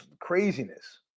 craziness